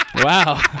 Wow